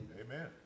Amen